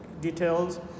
details